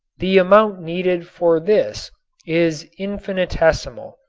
the amount needed for this is infinitesimal.